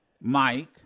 Mike